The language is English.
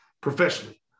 professionally